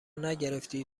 نگرفتی